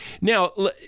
now